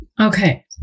Okay